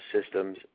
systems